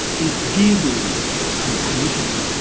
is giving unconditionally.